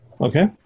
Okay